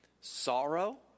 Sorrow